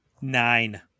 Nine